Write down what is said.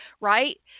right